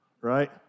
right